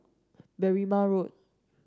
Berrima Road